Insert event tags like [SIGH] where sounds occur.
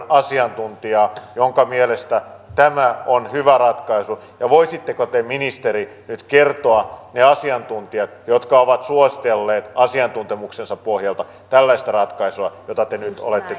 [UNINTELLIGIBLE] asiantuntijaa jonka mielestä tämä on hyvä ratkaisu ja voisitteko te ministeri nyt kertoa ne asiantuntijat jotka ovat suositelleet asiantuntemuksensa pohjalta tällaista ratkaisua jota te nyt olette [UNINTELLIGIBLE]